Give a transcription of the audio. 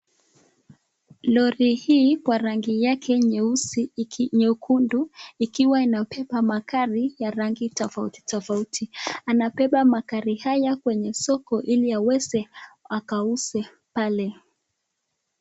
Lori hii kwa rangi yake nyekundu ikiwa inabeba magari ya rangi tofauti tofauti. Inabeba magari haya kwenye soko ili aweze akauze pale.